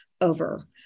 over